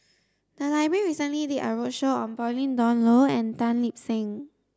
the library recently did a roadshow on Pauline Dawn Loh and Tan Lip Seng